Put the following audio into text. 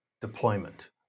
deployment